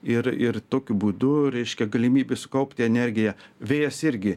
ir ir tokiu būdu reiškia galimybė sukaupti energiją vėjas irgi